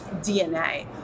DNA